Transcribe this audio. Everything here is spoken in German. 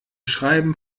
schreiben